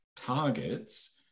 targets